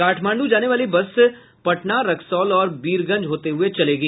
काठमांडू जाने वाली बसें पटना रक्सौल और बीरगंज होते हुए चला करेंगी